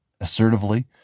assertively